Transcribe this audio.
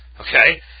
okay